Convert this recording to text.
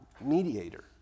mediator